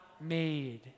made